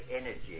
energy